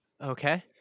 Okay